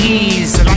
ease